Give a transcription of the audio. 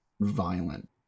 violent